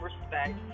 respect